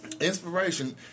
inspiration